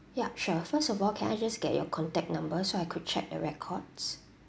ya sure first of all can I just get your contact number so I could check the records